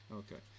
okay